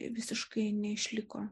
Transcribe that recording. visiškai neišliko